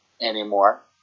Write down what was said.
anymore